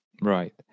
Right